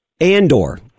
Andor